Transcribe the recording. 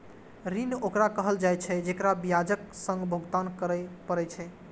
ऋण ओकरा कहल जाइ छै, जेकरा ब्याजक संग भुगतान करय पड़ै छै